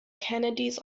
kennedys